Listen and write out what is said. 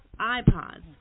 iPods